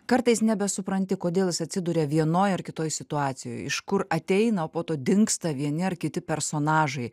kartais nebesupranti kodėl jis atsiduria vienoj ar kitoj situacijoj iš kur ateina o po to dingsta vieni ar kiti personažai